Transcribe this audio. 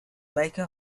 baker